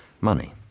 money